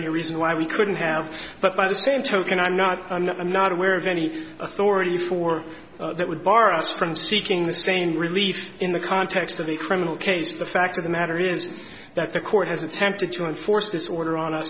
any reason why we couldn't have but by the same token i'm not i'm not i'm not aware of any authority for that would bar us from seeking the same relief in the context of a criminal case the fact of the matter is that the court has attempted to enforce